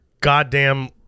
goddamn